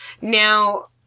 Now